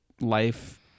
life